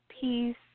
peace